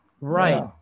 right